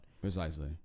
Precisely